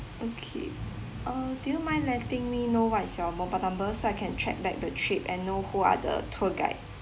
okay uh do you mind letting me know what is your mobile number so I can track back the trip and know who are the tour guide